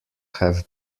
have